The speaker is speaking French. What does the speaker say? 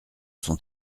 son